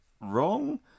wrong